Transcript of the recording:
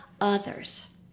others